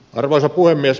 arvoisa puhemies